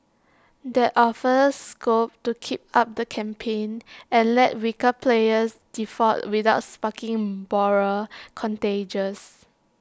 that offers scope to keep up the campaign and let weaker players default without sparking broader contagions